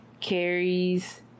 Carrie's